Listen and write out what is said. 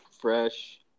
fresh